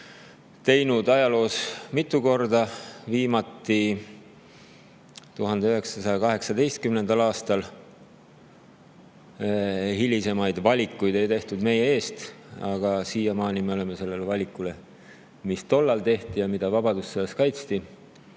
teinud ajaloos mitu korda, viimati 1918. aastal. Hilisemaid valikuid ei tehtud meie eest, aga siiamaani me oleme sellele valikule, mis tol ajal tehti ja mida vabadussõjas kaitsti,